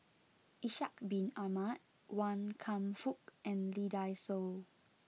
Ishak bin Ahmad Wan Kam Fook and Lee Dai Soh